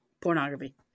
pornography